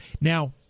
now